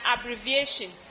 abbreviation